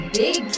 big